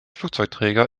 flugzeugträger